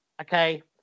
okay